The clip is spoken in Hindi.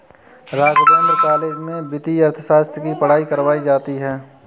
राघवेंद्र कॉलेज में वित्तीय अर्थशास्त्र की पढ़ाई करवायी जाती है